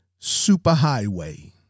superhighway